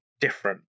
different